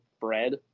bread